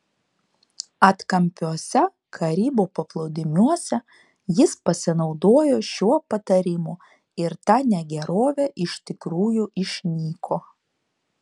atkampiuose karibų paplūdimiuose jis pasinaudojo šiuo patarimu ir ta negerovė iš tikrųjų išnyko